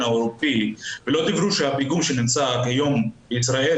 האירופאי ולא אמרו שהפיגום שנמצא כיום בישראל,